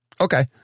Okay